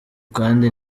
kandi